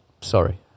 sorry